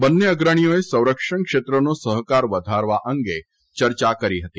બંને અગ્રણીઓએ સંરક્ષણ ક્ષેત્રનો સહકાર વધારવા અંગે ચર્યા કરી હતી